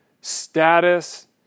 status